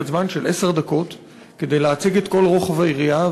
זמן של עשר דקות כדי להציג את כל רוחב היריעה,